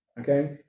Okay